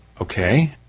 Okay